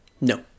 No